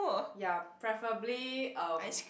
ya preferably um